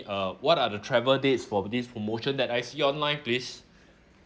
uh what are the travel dates for this promotion that I see online please